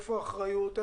איפה האחריות?